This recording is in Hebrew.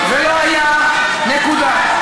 אין ולא היה, נקודה.